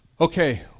Okay